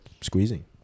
squeezing